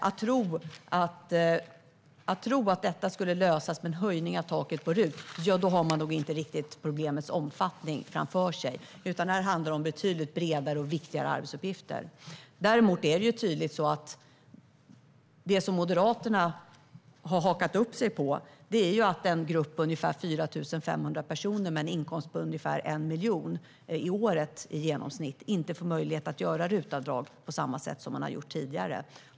Om man tror att detta skulle lösas med en höjning av taket i RUT-avdraget, då har man nog inte riktigt problemets omfattning klar för sig. Här handlar det om betydligt bredare och viktigare arbetsuppgifter. Däremot är det tydligt att det som Moderaterna har hakat upp sig på är att den grupp på ungefär 4 500 personer med inkomster på i genomsnitt 1 miljon om året inte får möjlighet att göra RUT-avdrag på samma sätt som de har gjort tidigare.